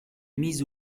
mises